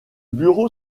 bureau